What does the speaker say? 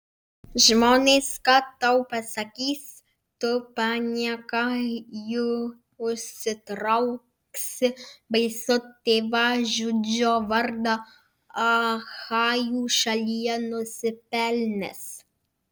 žmonės ką tau pasakys tu panieką jų užsitrauksi baisų tėvažudžio vardą achajų šalyje nusipelnęs